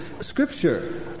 scripture